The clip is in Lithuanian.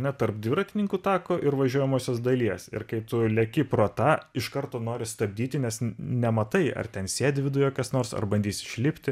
ne tarp dviratininkų tako ir važiuojamosios dalies ir kai tu leki pro tą iš karto nori stabdyti nes nematai ar ten sėdi viduje kas nors ar bandys išlipti